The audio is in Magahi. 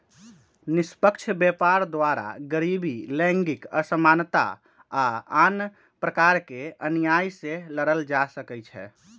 निष्पक्ष व्यापार द्वारा गरीबी, लैंगिक असमानता आऽ आन प्रकार के अनिआइ से लड़ल जा सकइ छै